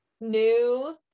new